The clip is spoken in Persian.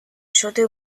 شده